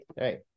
right